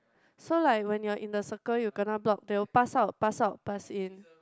so like when you are in the circle you kena block they will pass out pass out pass in